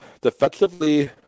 Defensively